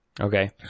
Okay